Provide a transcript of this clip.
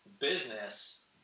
business